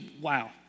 Wow